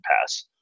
pass